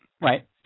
Right